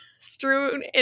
strewn